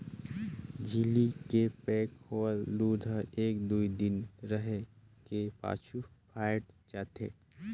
झिल्ली के पैक होवल दूद हर एक दुइ दिन रहें के पाछू फ़ायट जाथे